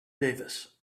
davis